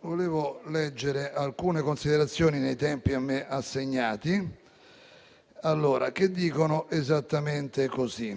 vorrei leggere alcune considerazioni nei tempi a me assegnati, che dicono esattamente così: